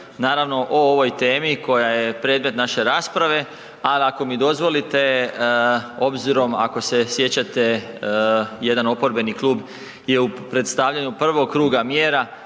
naravno o ovoj temi koja je predmet naše rasprave, ali ako mi dozvolite obzirom ako se sjećate jedan oporbeni klub je u predstavljanju prvog kluba mjera